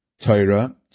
Torah